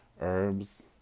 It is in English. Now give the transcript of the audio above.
Herbs